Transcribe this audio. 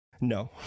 no